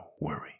worry